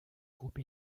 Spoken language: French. groupe